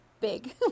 big